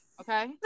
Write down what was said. Okay